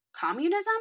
communism